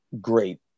great